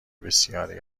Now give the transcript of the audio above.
بسیاری